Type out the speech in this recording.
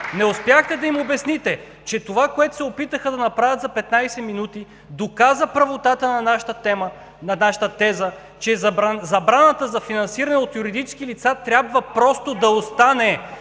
не успяхте да им обясните, че това, което се опитаха да направят за 15 минути, доказа правотата на нашата теза, че забраната за финансиране от юридически лица трябва просто да остане.